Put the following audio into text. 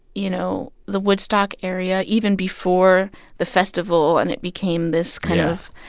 you know, the woodstock area even before the festival and it became this kind of.